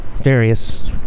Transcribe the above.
various